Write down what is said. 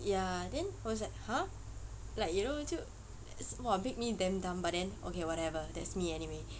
ya then I was like !huh! like you know would you !wah! make me damn dumb but then okay whatever that's me anyway